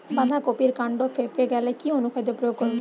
বাঁধা কপির কান্ড ফেঁপে গেলে কি অনুখাদ্য প্রয়োগ করব?